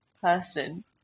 person